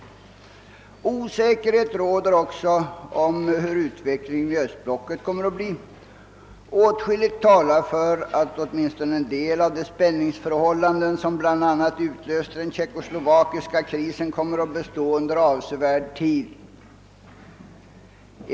Osäkerhet råder också om hur utvecklingen i östblocket kommer att bli. Åtskilligt talar för att åtminstone en del av de spänningsförhållanden som bl a. utlöste den tjeckoslovakiska krisen kommer att bestå under avsevärd tid.